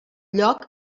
lloc